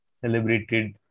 celebrated